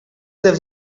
they